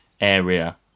area